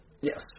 yes